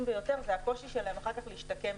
ביותר זה הקושי שלהם אחר כך להשתקם.